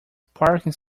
parking